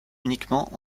uniquement